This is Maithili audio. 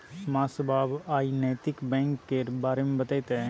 मास्साब आइ नैतिक बैंक केर बारे मे बतेतै